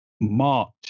March